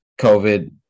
covid